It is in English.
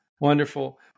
Wonderful